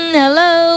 hello